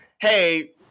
hey